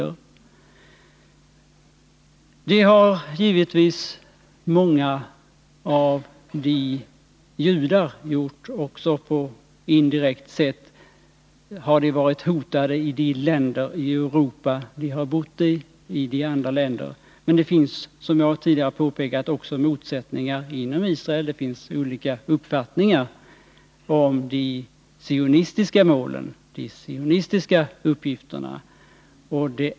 Givetvis har också många av de judar blivit fördrivna som på ett indirekt sätt varit hotade i de länder i Europa där de har bott. Men det finns, som jag tidigare påpekat, också motsättningar inom Israel. Det finns där olika uppfattningar om de sionistiska målen och de sionistiska uppgifterna.